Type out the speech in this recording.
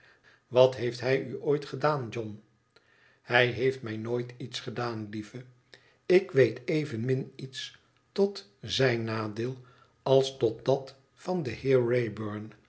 wat heeft hij u ooit gedaan john hij heeft mij nooit iets gedaan lieve ik weet evenmin iets tot zijn nadeel als tot dat van den heer